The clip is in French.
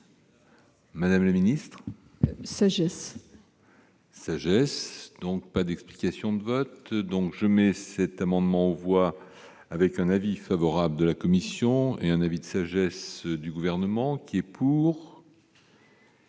Madame le Ministre. Sagesse. Sagesse donc pas d'explication de vote donc je mets cet amendement on voit avec un avis favorable de la commission et un avis de sagesse du gouvernement qui est. Pour.